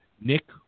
Nick